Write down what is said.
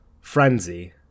frenzy